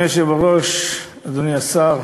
אדוני היושב בראש, אדוני השר,